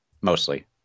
mostly